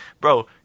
bro